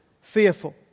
fearful